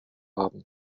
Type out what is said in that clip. haben